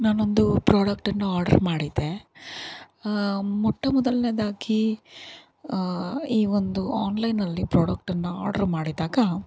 ನಾನೊಂದು ಪ್ರಾಡಕ್ಟನ್ನು ಆಡ್ರ್ ಮಾಡಿದ್ದೆ ಮೊಟ್ಟ ಮೊದಲನೇದಾಗಿ ಈ ಒಂದು ಆನ್ಲೈನ್ನಲ್ಲಿ ಪ್ರೊಡಕ್ಟನ್ನು ಆಡ್ರ್ ಮಾಡಿದಾಗ